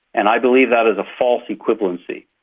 and i believe that is a false equivalency.